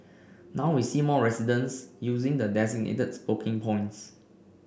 now we see more residents using the designated smoking points